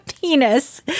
penis